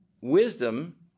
wisdom